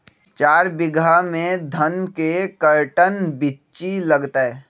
चार बीघा में धन के कर्टन बिच्ची लगतै?